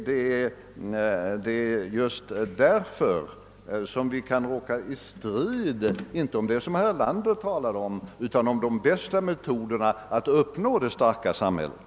Det är just därför som vi kan råka i strid, inte på det sätt som herr Erlander talade om utan om de bästa metoderna att uppnå det goda samhället.